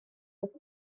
быть